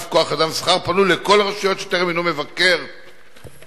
כוח אדם ושכר פנו לכל הרשויות שטרם מינו מבקר פנים.